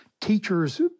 teachers